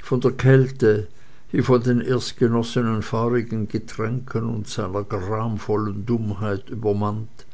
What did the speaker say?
von der kälte wie von den erst genossenen feurigen getränken und seiner gramvollen dummheit übermannt